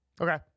Okay